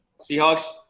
Seahawks